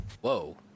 whoa